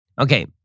Okay